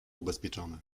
ubezpieczony